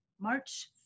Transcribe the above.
March